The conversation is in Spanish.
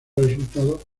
resultados